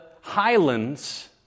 highlands